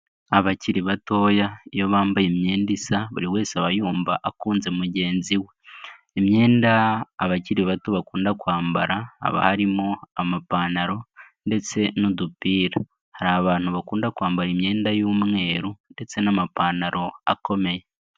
Abakiri batoya iyo bambaye imyenda isa buri wese aba yumva akunze mugenzi we, imyenda abakiri bato bakunda kwambara, haba harimo amapantaro ndetse n'udupira, hari abantu bakunda kwambara imyenda y'umweru ndetse n'amapantaro akomeye.